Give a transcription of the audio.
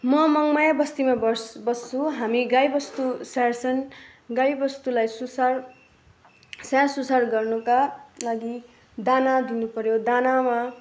म मङमाया बस्तीमा बस् बस्छु हामी गाई वस्तु स्याहार्छन् गाईवस्तुलाई सुसार स्याहारसुसार गर्नुका लागि दाना दिनुपर्यो दानामा